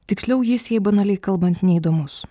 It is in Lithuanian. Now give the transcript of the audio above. tiksliau jis jai banaliai kalbant neįdomus